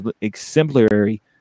exemplary